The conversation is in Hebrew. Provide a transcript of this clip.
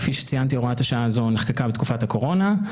כפי שציינתי הוראת השעה הזאת נחקקה בתקופת הקורונה.